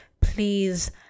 please